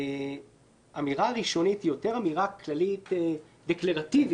האמירה הראשונית היא יותר אמירה כללית דקלרטיבית,